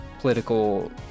political